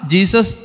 Jesus